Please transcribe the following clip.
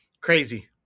Crazy